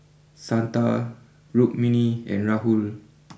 Santha Rukmini and Rahul